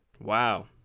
wow